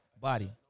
Body